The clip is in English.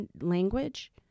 language